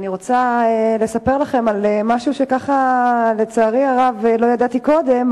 אני רוצה לספר לכם משהו שלצערי הרב לא ידעתי עליו קודם,